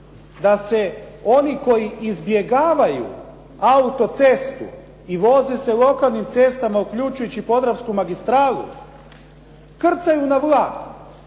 da se oni koji izbjegavaju autocestu i voze se lokalnim cestama uključujući Podravsku magistralu, krcaju na vlak